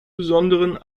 besonderen